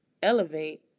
Elevate